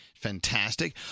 Fantastic